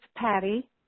Patty